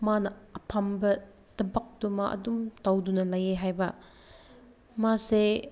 ꯃꯥꯅ ꯑꯐꯕ ꯊꯕꯛꯇꯨꯃ ꯑꯗꯨꯝ ꯇꯧꯗꯨꯅ ꯂꯩꯌꯦ ꯍꯥꯏꯕ ꯃꯥꯁꯦ